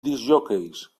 discjòqueis